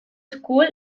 school